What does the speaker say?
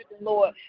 Lord